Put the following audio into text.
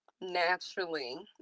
naturally